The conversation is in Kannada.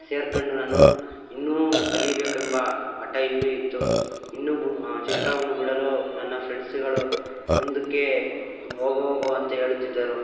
ಸೇರ್ಕೊಂಡು ನಾನು ಇನ್ನೂ ಕಲಿಯಬೇಕೆಂಬ ಹಠ ಇನ್ನು ಇತ್ತು ಇನ್ನೂ ಬು ಚಿತ್ರವನ್ನು ಬಿಡಲು ನನ್ನ ಫ್ರೆಂಡ್ಸುಗಳು ಮುಂದಕ್ಕೆ ಹೋಗು ಹೋಗು ಅಂತ ಹೇಳುತ್ತಿದ್ದರು